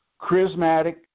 charismatic